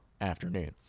afternoon